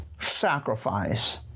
sacrifice